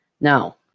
now